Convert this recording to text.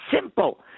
simple